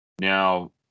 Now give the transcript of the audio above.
Now